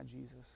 Jesus